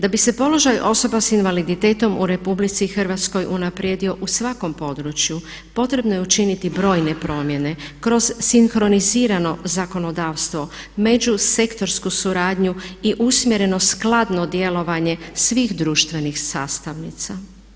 Da bi se položaj osoba s invaliditetom u RH unaprijedio u svakom području potrebno je učiniti brojne promjene, kroz sinkronizirano zakonodavstvo, međusektorsku suradnju i usmjerenosti skladnom djelovanju svih društvenih sastavnica.